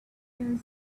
years